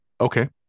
Okay